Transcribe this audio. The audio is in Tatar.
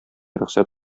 рөхсәт